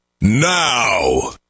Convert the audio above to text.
NOW